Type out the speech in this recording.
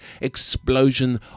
explosion